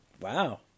Wow